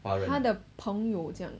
她的朋友这样